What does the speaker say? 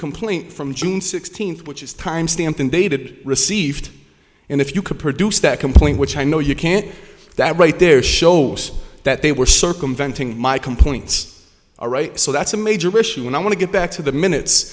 complaint from june sixteenth which is time stamped and dated received and if you could produce that complaint which i know you can't do that right there shows that they were circumventing my complaints all right so that's a major issue and i want to get back to the minutes